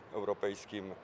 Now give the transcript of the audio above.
europejskim